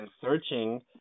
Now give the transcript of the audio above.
Searching